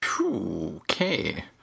Okay